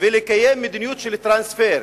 ולקיים מדיניות של טרנספר.